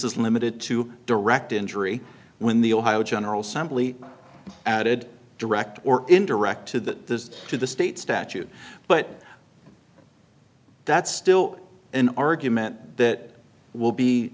is limited to direct injury when the ohio general simply added direct or indirect to the to the state statute but that's still an argument that will be